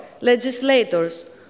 legislators